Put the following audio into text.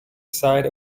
side